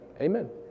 Amen